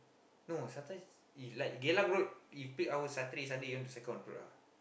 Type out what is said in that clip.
no sometimes if like Geylang Road if peak hour Saturday Sunday you want to cycle on the road ah